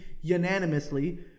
unanimously